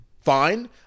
fine